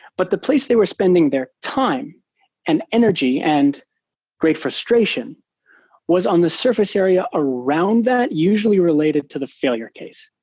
but the place they were spending their time and energy and great frustration was on the surface area around that usually related to the failure case.